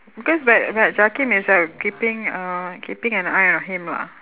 cause but but jakim is uh keeping uh keeping an eye on him ah